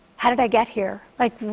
how did i get here? like,